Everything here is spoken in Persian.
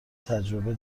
تجربه